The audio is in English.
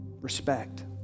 Respect